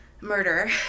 murder